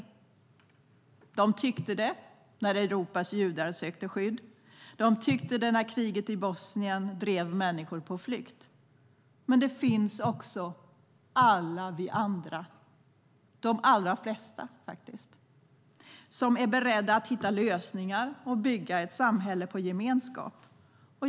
De tyckte det när Europas judar sökte skydd. De tyckte det när kriget i Bosnien drev människor på flykt. Men det finns också alla vi andra - de allra flesta faktiskt - som är beredda att hitta lösningar och bygga ett samhälle på gemenskap.